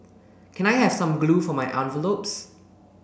can I have some glue for my envelopes